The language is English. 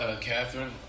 Catherine